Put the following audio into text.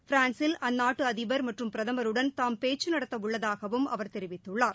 பிரான்ஸில் அந்நாட்டு அதிபர் மற்றும் பிரதமருடன் தாம் பேச்சு நடத்த உள்ளதாகவும் அவர் தெரிவித்துள்ளார்